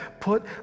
Put